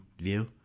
view